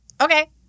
Okay